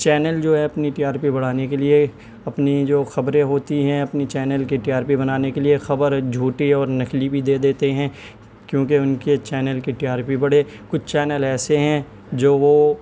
channel جو ہے اپنی ٹی آر پی بڑھانے کے لیے اپنی جو خبریں ہوتی ہیں اپنی چینل کے ٹی آر پی بنانے کے لیے خبر جھوٹی اور نقلی بھی دے دیتے ہیں کیوںکہ ان کے چینل کی ٹی آر پی بڑھے کچھ چینل ایسے ہیں جو وہ